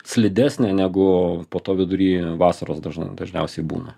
slidesnė negu po to vidury vasaros dažna dažniausiai būna